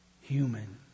human